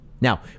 Now